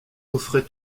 offrait